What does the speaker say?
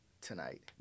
tonight